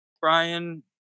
Brian